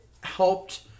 helped